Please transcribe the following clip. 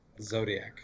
Zodiac